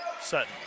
Sutton